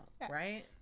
right